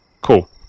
cool